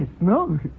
no